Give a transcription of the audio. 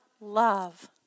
love